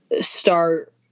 start